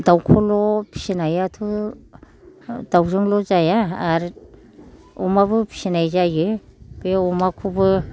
दावखौल' फिसिनायाथ' दावजोंल' जाया आरो अमाबो फिसिनाय जायो बे अमाखौबो